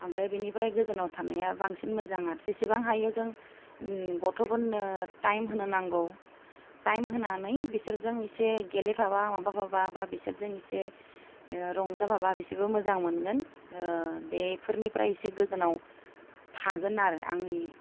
ओमफ्राय बेनिफ्राय गोजानाव थानाया बांसिन मोजां आरो जेसेबां हायो गथ'फोरनो टाइम होनो नांगौ टाइम होनानै बिसोरजों इसे गेलेफाबा माबाफाबा बा बिसोरजों इसे रंजाफाबा बिसोरबो मोजां मोनगोन बेफोरनिफ्राय इसे गोजानाव थागोन आरो आंनि